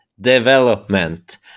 development